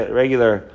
regular